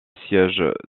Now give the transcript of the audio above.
siège